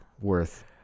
worth